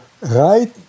right